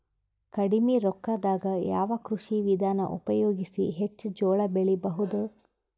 ಕಡಿಮಿ ರೊಕ್ಕದಾಗ ಯಾವ ಕೃಷಿ ವಿಧಾನ ಉಪಯೋಗಿಸಿ ಹೆಚ್ಚ ಜೋಳ ಬೆಳಿ ಬಹುದ?